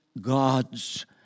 God's